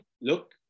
look